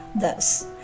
Thus